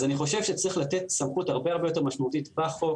אני חושב שצריך לתת סמכות הרבה יותר משמעותית בחוק